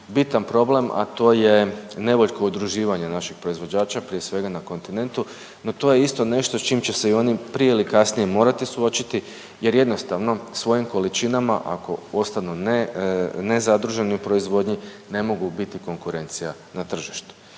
bitan problem, a to je nevoljko udruživanje naših proizvođača prije svega na kontinentu, no to je isto nešto s čim će se i oni prije ili kasnije morati suočiti jer jednostavno svojim količinama ako ostanu ne, nezadruženi u proizvodnji ne mogu biti konkurencija na tržištu.